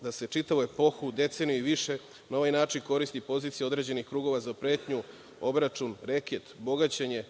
da se čitavu epohu, deceniju na ovaj način koristi pozicija određenih krugova za pretnju, obračun, reket, bogaćenje